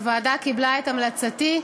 הוועדה קיבלה את המלצתי,